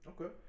okay